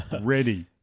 Ready